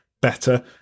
better